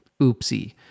oopsie